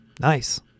Nice